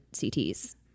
CT's